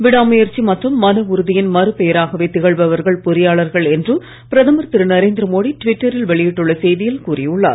விடாமுயற்சி மற்றும் மன உறுதியின் மறு பெயராகவே திகழ்பவர்கள் பொறியாளர்கள் என்று பிரதமர் திரு நரேந்திர மோடி ட்விட்டரில் வெளியிட்டுள்ள செய்தியில் கூறியுள்ளார்